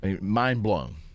Mind-blown